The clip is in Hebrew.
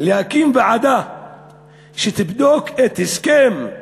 להקים ועדה שתבדוק את ההסכם של